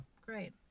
Great